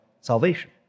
salvation